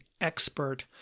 expert